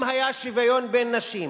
אם היה שוויון בין נשים,